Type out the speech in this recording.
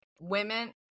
women